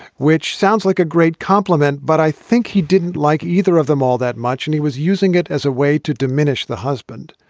which sounds like a great compliment, but i think he didn't like either of them all that much and he was using it as a way to diminish the husband.